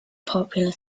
popular